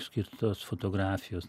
skirtos fotografijos